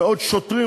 מאות שוטרים,